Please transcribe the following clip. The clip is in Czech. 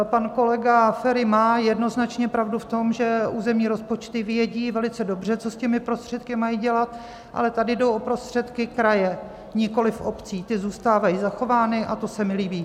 Pan kolega Feri má jednoznačně pravdu v tom, že územní rozpočty vědí velice dobře, co s těmi prostředky mají dělat, ale tady jde o prostředky kraje, nikoliv obcí, ty zůstávají zachovány a to se mi líbí.